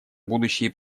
будущие